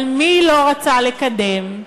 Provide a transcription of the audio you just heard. אבל מי לא רצה לקדם?